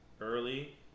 early